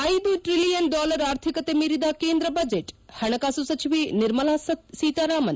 ಐದು trillion dollar ಆರ್ಥಿಕತೆ ಮೀರಿದ ಕೇಂದ್ರ ಬಜೆಟ್ ಹಣಕಾಸು ಸಚಿವೆ ನಿರ್ಮಲಾ ಸೀತಾರಾಮನ್